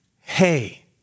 hey